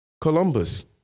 Columbus